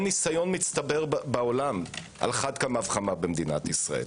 ניסיון מצטבר בעולם על אחת כמה וכמה במדינת ישראל.